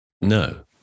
No